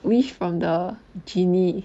wish from the genie